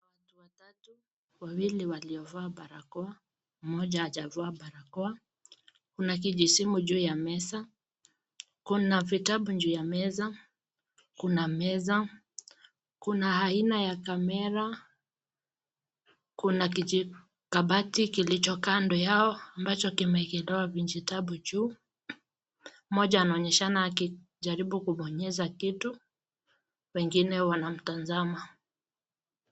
Watu watatu. Wawili waliovaa barakoa, mmoja hajavaa barakoa. Kuna kijisimu juu ya meza. Kuna vitabu juu ya meza. Kuna meza. Kuna aina ya kamera. Kuna kijikabati kilicho kando yao ambacho kimewekelewa vijitabu juu. Mmoja anaonyeshana akijaribu kubonyeza kitu. Wengine wanamtazama.